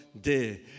day